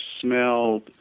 smelled